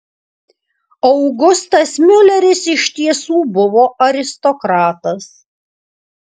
augustas miuleris iš tiesų buvo aristokratas